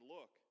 Look